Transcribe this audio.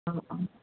हा हा